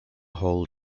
whole